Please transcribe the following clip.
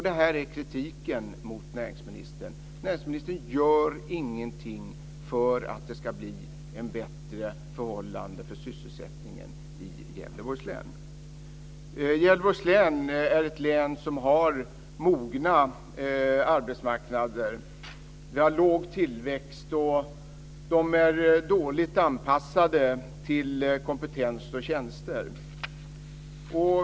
Det här är kritiken mot näringsministern: näringsministern gör ingenting för att det ska bli ett bättre förhållande för sysselsättningen i Gävleborgs län är ett län som har mogna arbetsmarknader. De har låg tillväxt. De är dåligt anpassade till kompetens och tjänster.